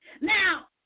Now